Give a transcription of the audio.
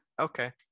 Okay